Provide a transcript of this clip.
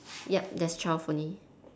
yup there's twelve only